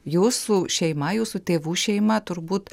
jūsų šeima jūsų tėvų šeima turbūt